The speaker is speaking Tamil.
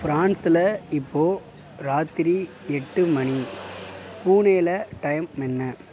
ஃபிரான்ஸில் இப்போ ராத்திரி எட்டு மணி புனேவில டைம் என்ன